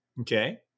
okay